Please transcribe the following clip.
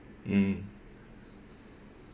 mm